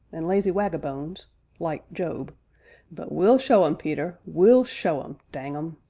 an' lazy waggabones like job but we'll show em, peter, we'll show em dang em!